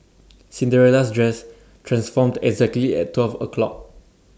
Cinderella's dress transformed exactly at twelve o'clock